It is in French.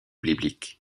bibliques